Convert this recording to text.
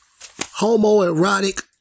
homoerotic